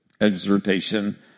exhortation